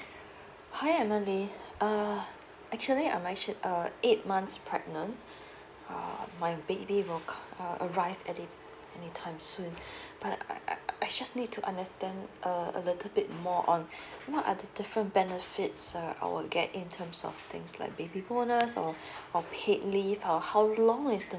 hi emily err actually I'm actual~ uh eight months pregnant uh my baby will arrived anytime soon but I I just need to understand a little bit more on what are the different benefits err I will get in terms of things like baby bonus or paid leave or how long is the